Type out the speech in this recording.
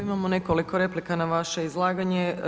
Imamo nekoliko replika na vaše izlaganje.